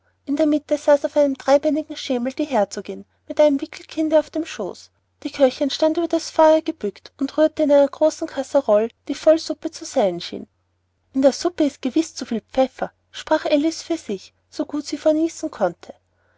in der mitte saß auf einem dreibeinigen schemel die herzogin mit einem wickelkinde auf dem schoße die köchin stand über das feuer gebückt und rührte in einer großen kasserole die voll suppe zu sein schien in der suppe ist gewiß zu viel pfeffer sprach alice für sich so gut sie vor niesen konnte